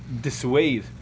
dissuade